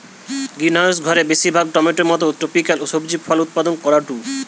greenhouse ঘরে বেশিরভাগ টমেটোর মতো ট্রপিকাল সবজি ফল উৎপাদন করাঢু